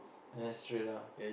N_S straight ah